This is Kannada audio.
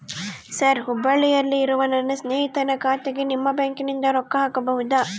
ಸರ್ ಹುಬ್ಬಳ್ಳಿಯಲ್ಲಿ ಇರುವ ನನ್ನ ಸ್ನೇಹಿತನ ಖಾತೆಗೆ ನಿಮ್ಮ ಬ್ಯಾಂಕಿನಿಂದ ರೊಕ್ಕ ಹಾಕಬಹುದಾ?